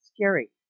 Scary